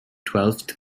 twelfth